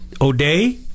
O'Day